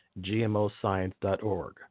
gmoscience.org